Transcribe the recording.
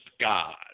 God